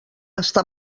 està